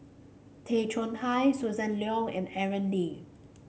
Tay Chong Hai Susan Leong and Aaron Lee